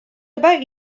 about